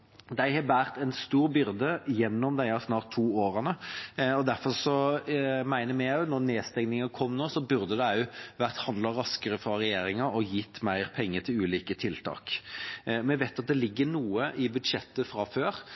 De har båret en stor byrde i disse snart to årene, og derfor mener vi at når nedstengningen nå kom, burde det vært handlet raskere fra regjeringa og gitt mer penger til ulike tiltak. Vi vet at det ligger noe i budsjettet fra før,